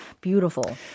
beautiful